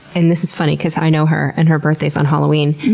and this is funny because i know her and her birthday's on halloween.